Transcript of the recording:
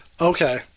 okay